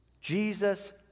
Jesus